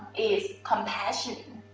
is compassion.